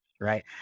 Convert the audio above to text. right